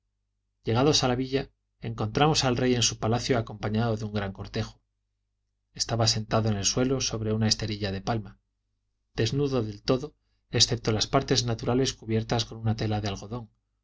llegados a la villa encontramos al rey en su palacio acompañado de un gran cortejo estaba sentado en el suelo sobre una esterilla de palma desnudo del todo excepto las partes naturales cubiertas con una tela de algodón